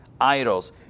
idols